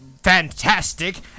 Fantastic